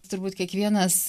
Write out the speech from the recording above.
turbūt kiekvienas